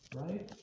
right